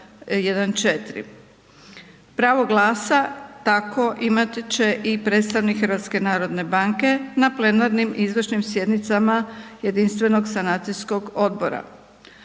Pravo glasa tako imat će i predstavnik HNB-a na plenarnim izvršnim sjednicama Jedinstvenog sanacijskog odbora.